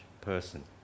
person